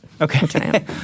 Okay